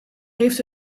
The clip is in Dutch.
heeft